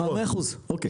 100%, אוקיי.